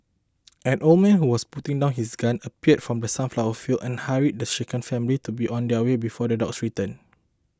an old man who was putting down his gun appeared from the sunflower fields and hurried the shaken family to be on their way before the dogs return